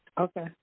Okay